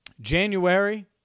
January